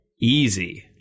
easy